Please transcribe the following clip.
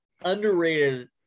Underrated